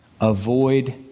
avoid